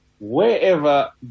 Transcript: Wherever